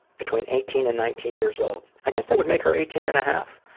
between eighteen and nineteen years old. i guess that would make her eighteen and a half.